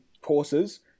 courses